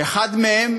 אחד מהם